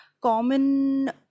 common